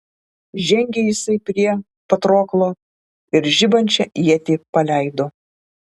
žengė jisai prie patroklo ir žibančią ietį paleido